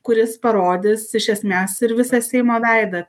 kuris parodys iš esmės ir visą seimo veidą